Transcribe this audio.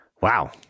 wow